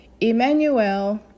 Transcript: Emmanuel